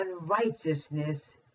unrighteousness